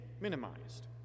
minimized